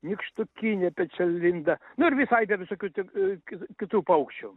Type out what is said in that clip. nykštukinė pečialinda nu ir visai da visokių tik a ki kitų paukščių